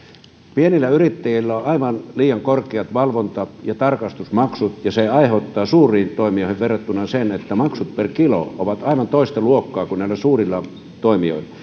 pienillä yrittäjillä on aivan liian korkeat valvonta ja tarkastusmaksut ja se aiheuttaa suuriin toimijoihin verrattuna sen että maksut per kilo ovat aivan toista luokkaa kuin näillä suurilla toimijoilla